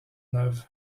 neuve